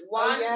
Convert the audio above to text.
one